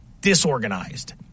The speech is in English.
Disorganized